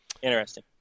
Interesting